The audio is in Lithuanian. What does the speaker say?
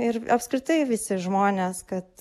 ir apskritai visi žmonės kad